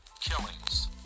Killings